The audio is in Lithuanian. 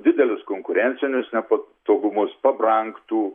didelius konkurencinius nepatogumus pabrangtų